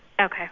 Okay